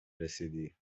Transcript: رسیدی